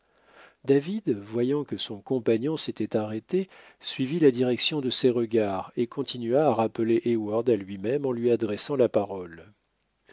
david voyant que son compagnon s'était arrêté suivit la direction de ses regards et continua à rappeler heyward à luimême en lui adressant la parole